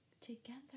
together